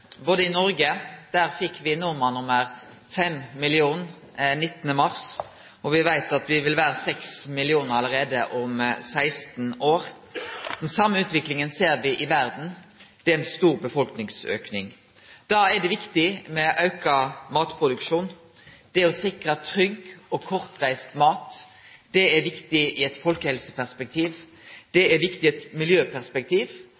I Noreg fekk me nordmann nummer fem millionar 19. mars, og me veit at me vil vere seks millionar allereie om 16 år. Den same utviklinga ser me i resten av verda. Det er ein stor befolkningsauke. Da er det viktig med auka matproduksjon. Det å sikre trygg og kortreist mat er viktig i eit folkehelseperspektiv, det er viktig i eit